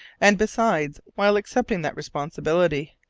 and, besides, while accepting that responsibility,